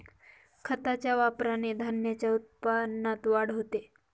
खताच्या वापराने धान्याच्या उत्पन्नात वाढ होते